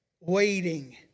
waiting